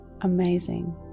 amazing